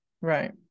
Right